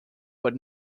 but